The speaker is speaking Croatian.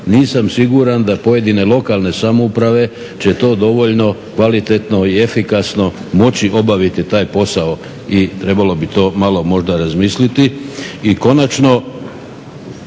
Nisam siguran da pojedine lokalne samouprave će to dovoljno kvalitetno i efikasno moći obaviti taj posao i trebalo bi to malo možda razmisliti.